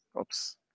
Oops